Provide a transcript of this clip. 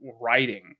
writing